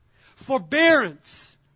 forbearance